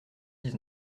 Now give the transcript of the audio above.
dix